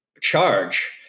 charge